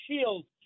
shields